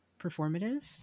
performative